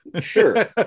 Sure